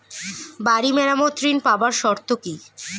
বাড়ি মেরামত ঋন পাবার শর্ত কি?